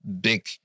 big